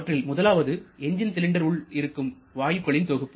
அவற்றில் முதலாவது engine cylinder உள் இருக்கும் வாயுக்களின் தொகுப்பு